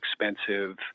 expensive